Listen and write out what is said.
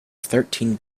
thirteen